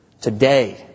today